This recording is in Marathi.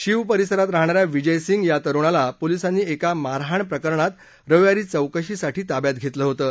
शीव परिसरात राहणाऱ्या विजय सिंग या तरुणाला पोलिसांनी एका मारहाण प्रकरणात रविवारी चौकशीसाठी ताब्यात घेतलं होतं